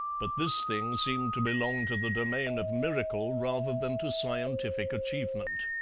but this thing seemed to belong to the domain of miracle rather than to scientific achievement.